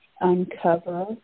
uncover